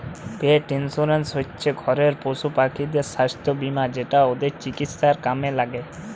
পেট insurance হচ্যে ঘরের পশুপাখিদের সাস্থ বীমা যেটা ওদের চিকিৎসায় কামে ল্যাগে